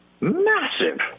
Massive